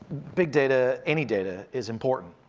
big data, any data, is important.